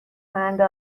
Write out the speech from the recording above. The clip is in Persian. کننده